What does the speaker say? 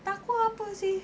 TAQWA apa seh